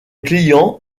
client